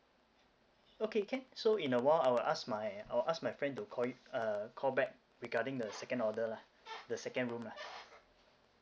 okay can so in a while I will ask my I will ask my friend to call you uh call back regarding the second order lah the second room lah